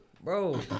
Bro